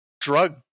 drug